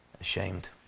ashamed